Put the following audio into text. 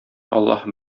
аллаһ